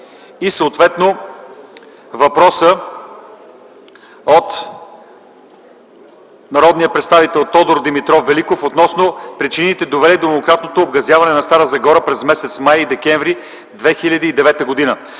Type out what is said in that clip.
и съответно въпросът от народния представител Тодор Димитров Великов относно причините, довели до многократното обгазяване на гр. Стара Загора през м. май и декември 2009 г.